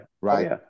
Right